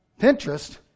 Pinterest